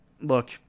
Look